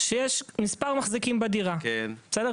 שיש מספר מחזיקים בדירה, בסדר?